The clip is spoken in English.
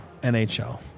NHL